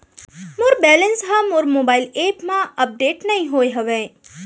मोर balance हा मोर mobile app मा अपडेट नहीं होय हवे